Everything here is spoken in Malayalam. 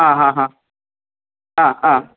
ആ ഹ ഹാ ആ ആ